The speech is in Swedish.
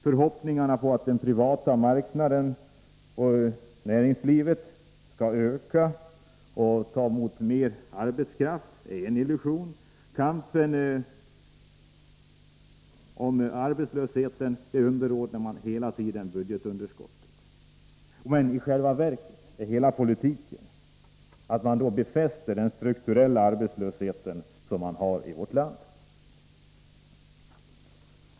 Förhoppningarna att den privata marknaden skall öka och kunna ta emot mer arbetskraft är en illusion. I kampen mot arbetslösheten skall man hela tiden ta hänsyn till budgetunderskottet. Men i själva verket innebär denna politik att man befäster den strukturella arbetslöshet som vi har i vårt land.